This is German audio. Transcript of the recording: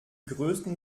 größten